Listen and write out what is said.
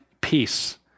peace